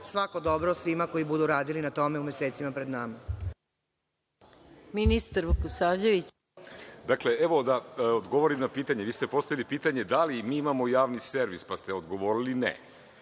svako dobro svima koji budu radili na tome u mesecima pred nama.